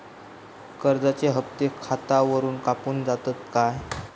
कर्जाचे हप्ते खातावरून कापून जातत काय?